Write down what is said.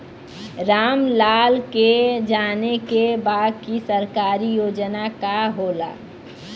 राम लाल के जाने के बा की सरकारी योजना का होला?